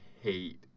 hate